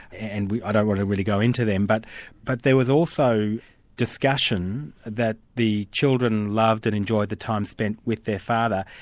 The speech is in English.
and i don't want to really go into them, but but there was also discussion that the children loved and enjoyed the time spent with their father.